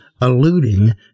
alluding